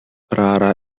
rara